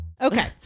okay